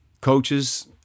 coaches